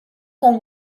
com